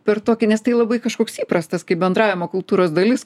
per tokį nes tai labai kažkoks įprastas kaip bendravimo kultūros dalis